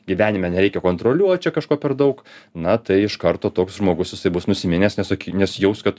gyvenime nereikia kontroliuot čia kažko per daug na tai iš karto toks žmogus jisai bus nusiminęs nes nes jaus kad